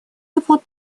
его